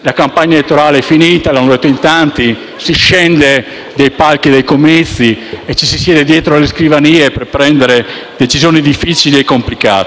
la campagna elettorale è finita, l'hanno detto in tanti; si scende dai palchi dei comizi e ci si siede dietro le scrivanie per prendere decisioni difficili e complicate.